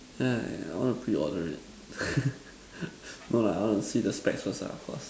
yeah yeah I want to preorder it no lah I want to see the spec first ah of course